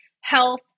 health